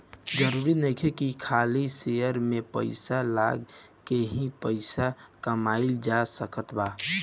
जरुरी नइखे की खाली शेयर में पइसा लगा के ही पइसा कमाइल जा सकत बा